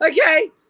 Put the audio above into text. Okay